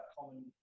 common